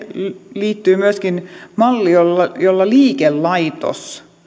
liittyy myöskin malli jolla jolla liikelaitos